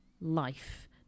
life